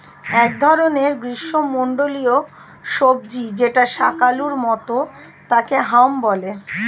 এক ধরনের গ্রীষ্মমন্ডলীয় সবজি যেটা শাকালু মতো তাকে হাম বলে